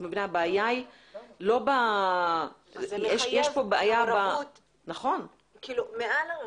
זה מחייב מעורבות מעל הרשות,